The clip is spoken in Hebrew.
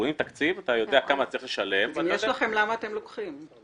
אם יש לכם אז למה אתם לוקחים?